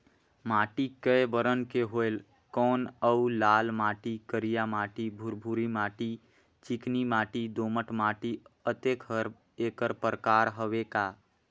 माटी कये बरन के होयल कौन अउ लाल माटी, करिया माटी, भुरभुरी माटी, चिकनी माटी, दोमट माटी, अतेक हर एकर प्रकार हवे का?